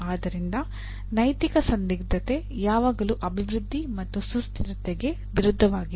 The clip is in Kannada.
ಆದ್ದರಿಂದ ನೈತಿಕ ಸಂದಿಗ್ಧತೆ ಯಾವಾಗಲೂ ಅಭಿವೃದ್ಧಿ ಮತ್ತು ಸುಸ್ಥಿರತೆಗೆ ವಿರುದ್ಧವಾಗಿದೆ